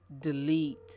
delete